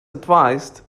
advised